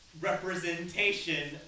representation